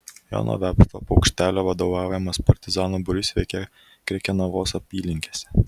jono vepšto paukštelio vadovaujamas partizanų būrys veikė krekenavos apylinkėse